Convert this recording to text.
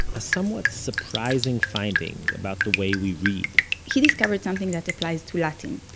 a somewhat surprising finding about the way we read he discovered something that applies to latin,